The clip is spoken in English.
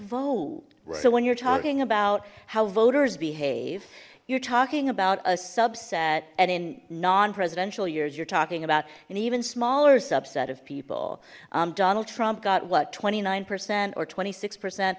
vote so when you're talking about how voters behave you're talking about a subset and in non presidential years you're talking about an even smaller subset of people donald trump got what twenty nine percent or twenty six percent